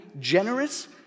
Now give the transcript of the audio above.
generous